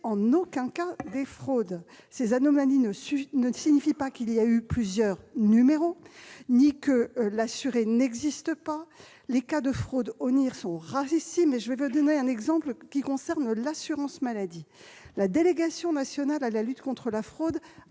en aucun cas, des fraudes. Ces anomalies ne signifient pas qu'il y a eu plusieurs numéros ou que l'assuré n'existe pas. Les cas de fraude au NIR sont rarissimes et je vais donner un exemple qui concerne l'assurance maladie. La délégation nationale à la lutte contre la fraude